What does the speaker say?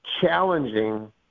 challenging